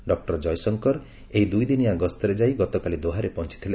doctor Jaishankar ଏକ ଦୁଇଦିନିଆ ଗସ୍ତରେ ଯାଇ ଗତକାଲି ଦୋହାରେ ପହଞ୍ଚଥିଲେ